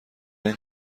این